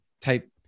type